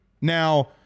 Now